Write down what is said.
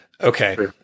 Okay